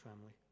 family